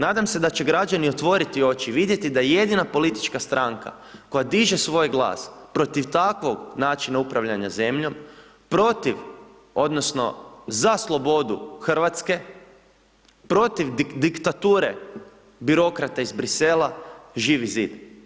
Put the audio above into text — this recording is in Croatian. Nadam se da će građani otvoriti oči i vidjeti da jedina politička stranka koja diže svoj glas protiv takvog načina upravljanja zemljom, protiv, odnosno za slobodu Hrvatske, protiv diktature birokrata iz Brisela, Živi zid.